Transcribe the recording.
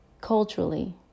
culturally